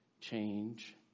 change